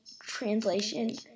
translation